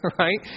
right